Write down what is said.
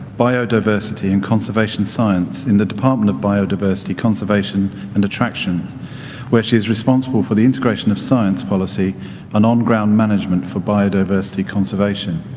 biodiversity and conservation science in the department of biodiversity conservation and attractions where she is responsible for the integration of science policy and on-ground management for biodiversity conservation.